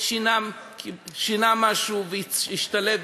שינה משהו והשתלט.